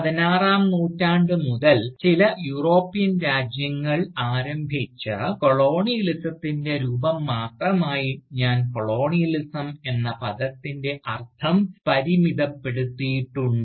പതിനാറാം നൂറ്റാണ്ട് മുതൽ ചില യൂറോപ്യൻ രാജ്യങ്ങൾ ആരംഭിച്ച കൊളോണിയലിസത്തിൻറെ രൂപം മാത്രമായി ഞാൻ കൊളോണിയലിസം എന്ന പദത്തിൻറെ അർത്ഥം പരിമിതപ്പെടുത്തിയിട്ടുണ്ട്